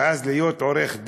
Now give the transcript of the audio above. ואז להיות עורך דין,